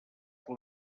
que